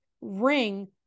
ring